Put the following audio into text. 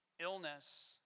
illness